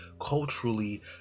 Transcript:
culturally